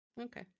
Okay